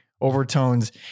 overtones